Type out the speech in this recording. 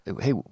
hey